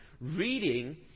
reading